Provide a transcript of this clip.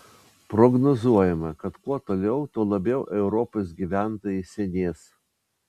prognozuojama kad kuo toliau tuo labiau europos gyventojai senės